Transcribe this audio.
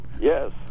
yes